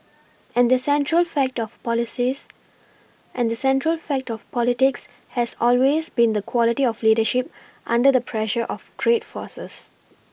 and the central fact of policies and the central fact of politics has always been the quality of leadership under the pressure of great forces